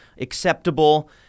acceptable